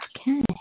Okay